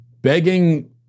begging